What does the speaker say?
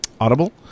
Audible